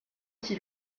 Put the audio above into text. qui